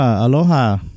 Aloha